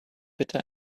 bitter